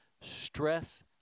stress